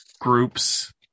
groups